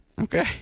Okay